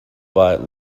but